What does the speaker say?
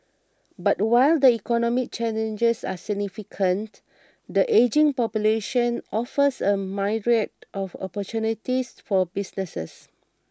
but while the economic challenges are significant the ageing population offers a myriad of opportunities for businesses